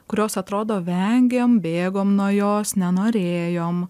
kurios atrodo vengėm bėgom nuo jos nenorėjom